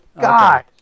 God